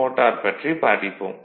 motor பற்றி படிப்போம்